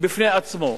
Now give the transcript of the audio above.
בפני עצמו.